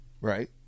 right